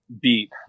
beat